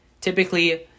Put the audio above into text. typically